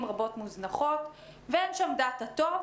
רבות מוזנחות ואין שם בסיס נתונים טוב,